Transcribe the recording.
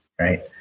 right